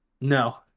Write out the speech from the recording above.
No